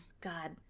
God